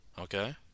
Okay